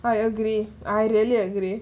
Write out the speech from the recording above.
I agree I really agree